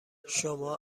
شما